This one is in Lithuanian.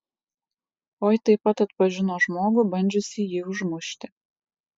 oi taip pat atpažino žmogų bandžiusįjį užmušti